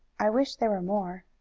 i wish there were more.